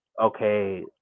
okay